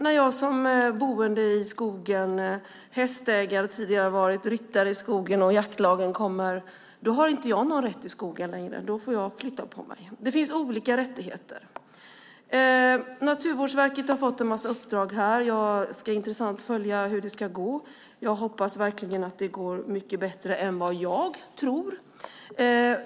När jag som boende i skogen, hästägare, rider där och jaktlaget kommer har jag inte längre någon rätt till skogen. Då får jag flytta på mig. Det finns olika rättigheter. Naturvårdsverket har fått en mängd uppdrag. Det ska bli intressant att följa hur det kommer att gå. Jag hoppas verkligen att det kommer att gå bättre än jag tror.